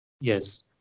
Yes